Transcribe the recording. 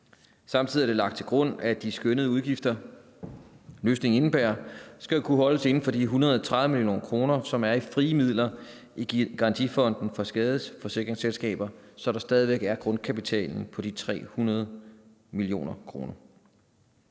Samtidig er det lagt til grund, at de skønnede udgifter, løsningen indebærer, skal kunne holdes inden for de 130 mio. kr., som er i frie midler i Garantifonden for skadesforsikringsselskaber, så der stadig væk er grundkapitalen på de 300 mio. kr.